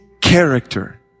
character